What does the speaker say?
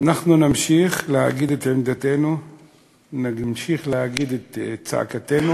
אנחנו נמשיך להגיד את עמדתנו ונמשיך להגיד את צעקתנו,